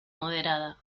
moderada